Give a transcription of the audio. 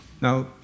Now